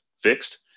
fixed